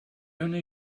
only